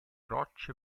rocce